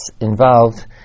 involved